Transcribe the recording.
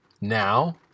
now